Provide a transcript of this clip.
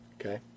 Okay